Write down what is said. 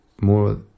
more